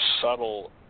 subtle